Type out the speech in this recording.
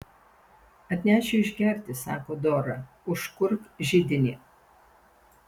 atnešiu išgerti sako dora užkurk židinį